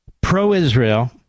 pro-Israel